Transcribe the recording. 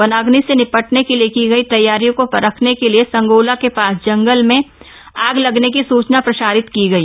वनाग्नि से निपटने के लिए की गई तैयारियों को परखने के लिए संगोला के पास जंगल में आग लगने की सूचना प्रसारित की गई